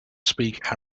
speak